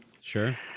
Sure